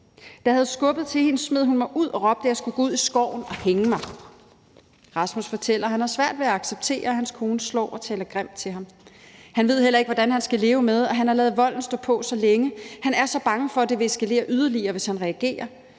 Da jeg havde skubbet til hende, smed hun mig ud og råbte, at jeg skulle gå ud i skoven og hænge mig. Rasmus fortæller, at han har svært ved at acceptere, at hans kone slår og taler grimt til ham. Han ved heller ikke, hvordan han skal leve med, at han har ladet volden stå på så længe. Han er så bange for, at det vil eskalere yderligere, hvis han reagerer.